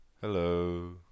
Hello